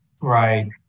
Right